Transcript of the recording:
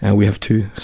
and we have two!